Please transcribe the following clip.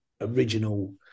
original